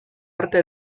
arte